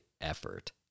effort